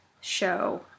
show